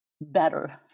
better